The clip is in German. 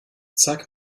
zeig